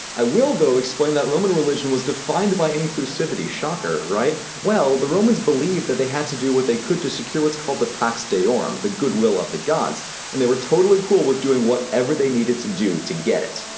i will though explain that roman religion was defined by inclusivity shocker, right well, the romans believed that they had to do what they could to secure what's called the pax deorum the goodwill of the gods and they were totally cool with doing whatever they needed to do to get it.